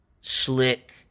slick